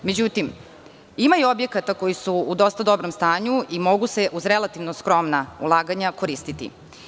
Međutim, ima i objekata koji su u dosta dobrom stanju i mogu se uz relativno skromna ulaganja koristiti.